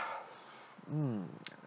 mm